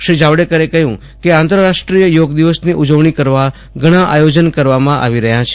શ્રી જાવડેકરે કહયું કે આંતરરાષ્ટ્રીય યોગ દિવસની ઉજવણી કરવા ઘણા આયોજન કરવામાં આવી રહયાં છે